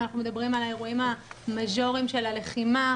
אם אנחנו מדברים על האירועים המז'וריים של הלחימה,